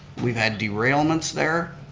we've had derailments there,